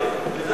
חוטובלי.